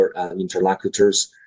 interlocutors